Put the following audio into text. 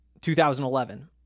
2011